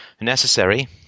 necessary